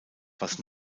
was